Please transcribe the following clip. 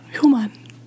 Human